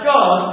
God